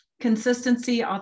consistency